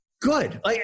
good